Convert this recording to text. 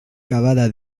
cavada